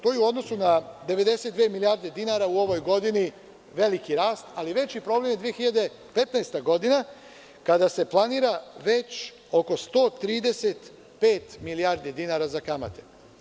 To je u odnosu na 92 milijarde dinara u ovoj godini veliki rast, ali veći problem je 2015. godina kada se planira već oko 135 milijardi dinara za kamate.